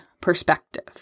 perspective